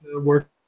work